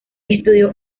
estudio